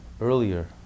earlier